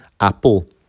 Apple